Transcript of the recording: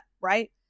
right